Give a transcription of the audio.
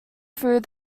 through